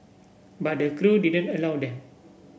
but the crew didn't allow them